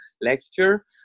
lecture